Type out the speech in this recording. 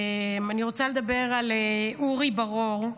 אני רוצה לדבר על אורי בר אור.